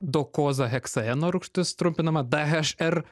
dokozaheksaeno rūgštis trumpinama dhr